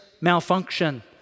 malfunction